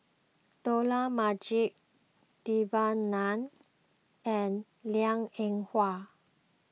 Dollah Majid Devan Nair and Liang Eng Hwa